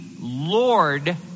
Lord